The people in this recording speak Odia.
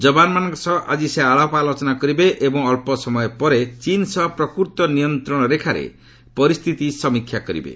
ଯବାନମାନଙ୍କ ସହ ଆଜି ସେ ଆଳାପ ଆଲୋଚନା କରିବେ ଏବଂ ଅଳ୍ପ ସମୟ ପରେ ଚୀନ୍ ସହ ପ୍ରକୃତ ନିୟନ୍ତ୍ରଣ ରେଖାରେ ପରିସ୍ଥିତି ସମୀକ୍ଷା କରିବେ